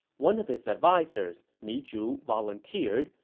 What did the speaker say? one of his advisers, mi zhu, volunteered,